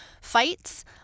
fights